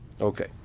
Okay